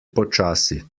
počasi